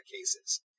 cases